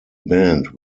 band